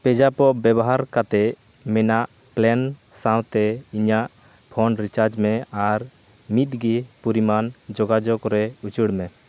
ᱯᱮᱡᱟᱯᱚᱯ ᱵᱮᱵᱚᱦᱟᱨ ᱠᱟᱛᱮᱫ ᱢᱮᱱᱟᱜ ᱯᱞᱮᱱ ᱥᱟᱶᱛᱮ ᱤᱧᱟᱜ ᱯᱷᱳᱱ ᱨᱤᱪᱟᱡᱽ ᱢᱮ ᱟᱨ ᱢᱤᱫ ᱜᱮ ᱯᱚᱨᱤᱢᱟᱱ ᱡᱳᱜᱟᱡᱳᱜᱽ ᱨᱮ ᱩᱪᱟᱹᱲᱢᱮ